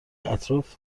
اطراف